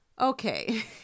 Okay